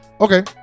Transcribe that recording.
okay